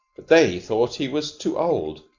but they thought he was too old.